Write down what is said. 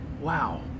Wow